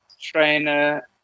trainer